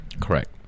correct